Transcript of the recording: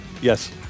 Yes